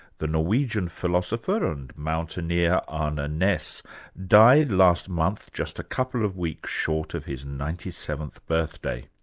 the norwegian philosopher and mountaineer, arne ah naess died last month just a couple of weeks short of his ninety seventh birthday.